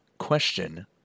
Question